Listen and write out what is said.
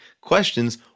questions –